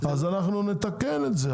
אז נתקן את זה.